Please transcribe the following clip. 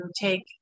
take